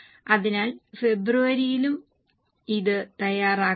അതിനാൽ ഫെബ്രുവരിയിലും ഇത് തയ്യാറാക്കുക